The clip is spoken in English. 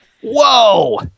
Whoa